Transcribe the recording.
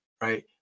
right